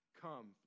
come